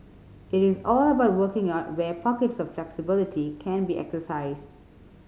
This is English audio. it is all about working out where pockets of flexibility can be exercised